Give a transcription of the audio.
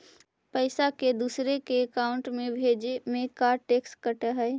पैसा के दूसरे के अकाउंट में भेजें में का टैक्स कट है?